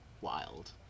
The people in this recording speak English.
wild